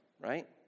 right